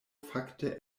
fakte